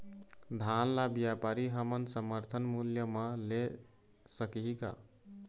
धान ला व्यापारी हमन समर्थन मूल्य म ले सकही का?